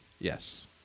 Yes